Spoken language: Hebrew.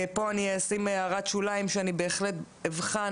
פה אני אשים הערת שוליים שאני בהחלט אבחן